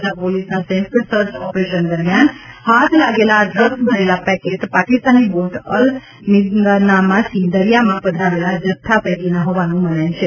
તથા પોલીસના સંયુક્ત સર્ચ ઓપરેશન દરમિયાન હાથ લાગેલા આ ડ્રગ્ઝ ભરેલા પેકેટ પાકિસ્તાની બોટ અલ મીદનામાંથી દરિયામાં પધરાવાયેલા જથ્થા પૈકીના હોવાનું મનાય છે